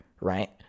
right